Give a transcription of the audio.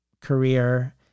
career